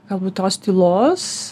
galbūt tos tylos